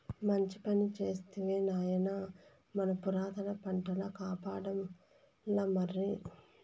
మంచి పని చేస్తివి నాయనా మన పురాతన పంటల కాపాడాల్లమరి